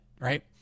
Right